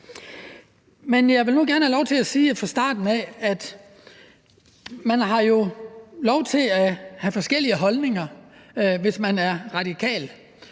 Men jeg vil nu gerne have lov til at sige fra starten af, at man jo har lov til at have forskellige holdninger, hvis man er radikal,